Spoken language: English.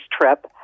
trip